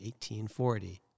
1840